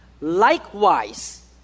likewise